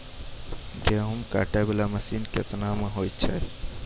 गेहूँ काटै वाला मसीन केतना मे होय छै?